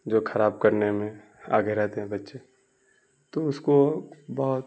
جو خراب کرنے میں آگے رہتے ہیں بچے تو اس کو بہت